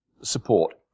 support